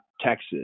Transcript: Texas